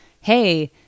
hey